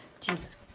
jesus